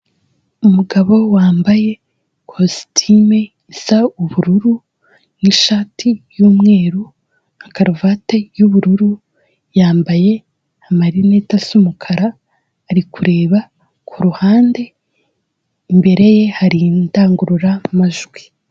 Umugabo wambaye kositime isa ubururu, n'ishati y'umweru, na karuvate y'ubururu, yambaye amarinete asa umukara, ari kureba kuruhande, imbere ye hari indangururamajwi.